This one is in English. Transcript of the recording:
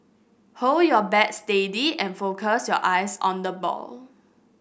hold your bat steady and focus your eyes on the ball